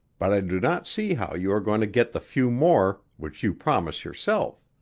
but i do not see how you are going to get the few more which you promise yourself.